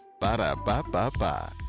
Ba-da-ba-ba-ba